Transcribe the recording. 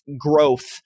growth